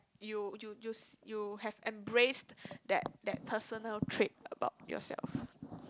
you you use you have embraced that personal trait of yourself